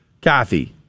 Kathy